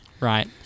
Right